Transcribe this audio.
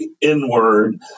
inward